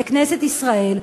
לכנסת ישראל,